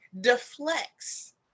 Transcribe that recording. deflects